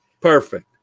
Perfect